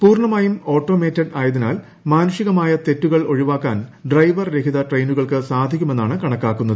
പൂർണമായും ഓട്ടോമേറ്റഡ് ആയതിനാൽ മാനുഷ്ഠിക്മായ തെറ്റുകൾ ഒഴിവാക്കാൻ ഡ്രൈവർ രഹിത് ്ട്രെയിനുകൾക്ക് സാധിക്കുമെന്നാണ് കണക്ട്രാക്കുന്നത്